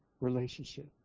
relationship